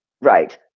right